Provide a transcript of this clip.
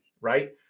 right